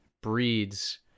breeds